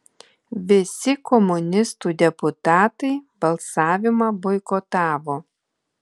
visi komunistų deputatai balsavimą boikotavo